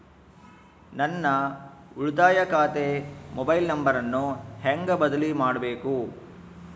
ನನ್ನ ಉಳಿತಾಯ ಖಾತೆ ಮೊಬೈಲ್ ನಂಬರನ್ನು ಹೆಂಗ ಬದಲಿ ಮಾಡಬೇಕು?